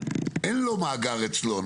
אין לו מאגר אצלו,